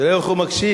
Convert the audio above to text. תראה איך הוא מקשיב.